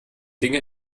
dinge